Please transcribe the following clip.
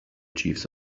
chiefs